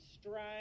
strive